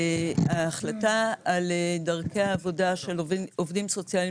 ההחלטה על דרכי העבודה של עובדים סוציאליים